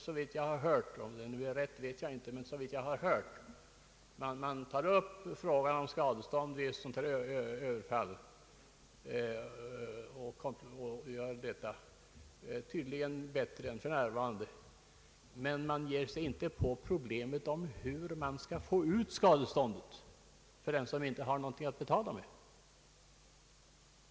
Såvitt jag har hört — om det är rätt vet jag inte — regleras i dessa frågan om skadestånd vid sådana här överfall på ett bättre sätt än för närvarande. Däremot ger man sig inte in på problemet om hur den överfallne skall få ut skadeståndet, då den skyldige inte har något att betala med.